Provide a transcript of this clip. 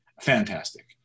fantastic